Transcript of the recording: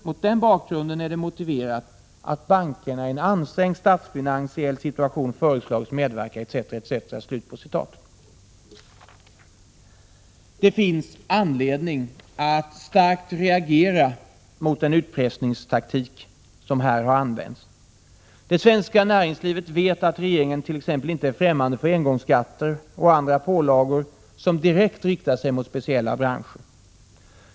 Mot den bakgrunden är det motiverat att bankerna i en ansträngd statsfinansiell situation föreslagits medverka ———.” Det finns anledning att starkt reagera mot den utpressningsteknik som har använts. Det svenska näringslivet vet att regeringen inte är främmande för t.ex. engångsskatter och andra pålagor som direkt riktar sig mot speciella branscher.